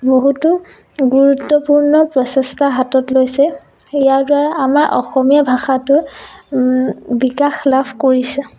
বহুতো গুৰুত্বপূৰ্ণ প্ৰচেষ্টা হাতত লৈছে ইয়াৰ দ্বাৰা আমাৰ অসমীয়া ভাষাটো বিকাশ লাভ কৰিছে